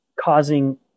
causing